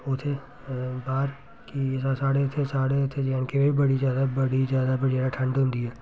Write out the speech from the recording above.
उत्थें बाह्र कि साढ़े इत्थें साढ़े इत्थें जे ऐंड के च बड़ी ज्यादा बड़ी ज्यादा बड़ी ज्यादा ठंड होंदी ऐ